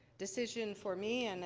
decision for me, and and